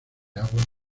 aguas